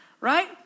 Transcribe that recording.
right